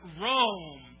Rome